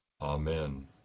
Amen